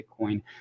Bitcoin